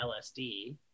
LSD